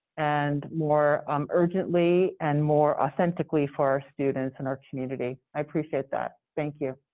and more um urgently and more authentically for our students and our community. i appreciate that. thank you.